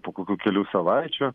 po kokių kelių savaičių